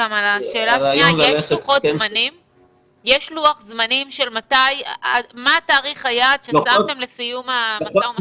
יש לוחות זמנים מתי ומה תאריך היעד ששמתם לסיום המשא ומתן?